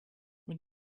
when